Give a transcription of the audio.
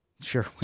sure